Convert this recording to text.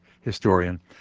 historian